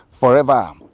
forever